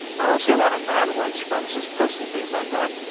i don't see a lot of non-white supremacist posting things like that,